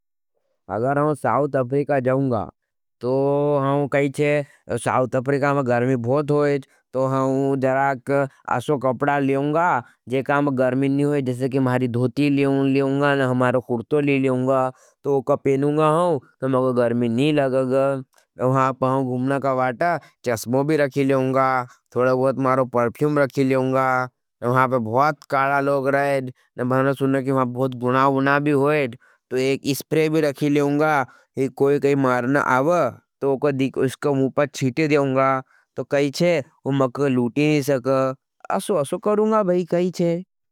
अगर हम South Africa जाओंगा, तो हम कही थे। साउत अफरिका में घर्मी बहुत होईज, तो हम जड़ाक अशो कपड़ा लेओंगा, जेका हम घर्मी नहीं होईज। जैसे कि मारी धोती लेओंगा, नहीं हमारे कुर्तोली लेओंगा। तो उका पेनुंगा हम, तो मेरे घर मावना भी होईज। तो एक इस्प्रेय भी रखी लेओंगा। कोई-कोई मार ना आवह, तो उसका मुपट छीते देओंगा। तो कही छे, उमका लूटी नहीं सका। अशो-अशो करूँगा भाई, कही छे।